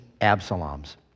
Absalom's